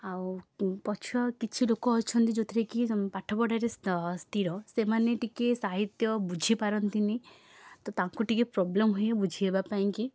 ଆଉ ପଛ କିଛି ଲୋକ ଅଛନ୍ତି ଯେଉଁଥିରେକି ପାଠପଢ଼ାରେ ସ୍ଥିର ସେମାନେ ଟିକିଏ ସାହିତ୍ୟ ବୁଝିପାରନ୍ତିନି ତ ତାଙ୍କୁ ଟିକିଏ ପ୍ରୋବ୍ଲେମ୍ ହୁଏ ବୁଝେଇବା ପାଇଁକି